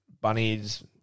bunnies